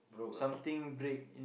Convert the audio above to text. something break